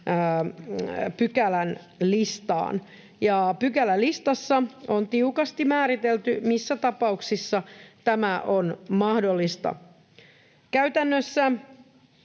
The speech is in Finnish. pykälän listaan, ja pykälän listassa on tiukasti määritelty, missä tapauksissa tämä on mahdollista. Käytännössä